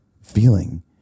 feeling